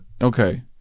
Okay